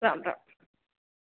राम्राम्